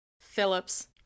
Phillips